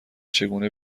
چگونه